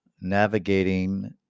navigating